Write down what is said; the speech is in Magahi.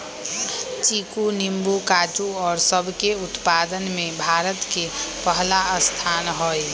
चीकू नींबू काजू और सब के उत्पादन में भारत के पहला स्थान हई